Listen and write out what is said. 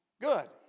Good